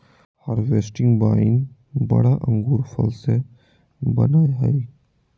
हर्बेस्टि wine बड़ा अंगूर फल से बनयय हइ